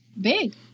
big